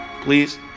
please